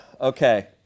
Okay